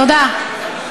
תודה.